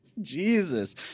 Jesus